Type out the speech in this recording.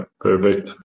perfect